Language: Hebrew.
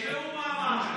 עד שהצוות הרפואי לא יהיה.